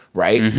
right?